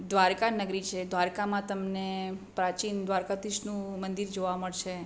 દ્વારિકા નગરી છે દ્વારકામાં તમને પ્રાચીન દ્વારકાધીશનું મંદિર જોવા મળશે